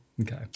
Okay